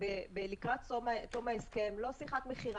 לקראת תום ההסכם, לא שיחת מכירה.